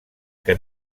que